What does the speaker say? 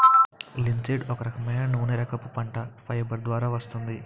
linseed ఒక రకమైన నూనెరకపు పంట, ఫైబర్ ద్వారా వస్తుంది